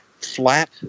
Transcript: flat